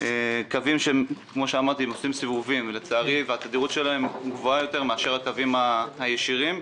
יש קווים שעושים סיבובים והתדירות שלהם גבוהה יותר מאשר הקווים הישירים.